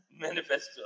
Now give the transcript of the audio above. Manifesto